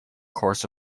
course